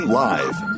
live